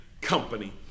company